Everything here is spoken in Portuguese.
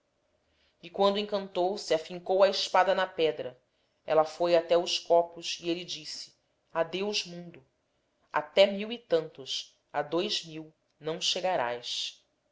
e quando encantou se afincou a espada na pedra ella foi até os corpos e elle disse adeus mundo até mil e tantos a dois mil não chegarás